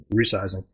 resizing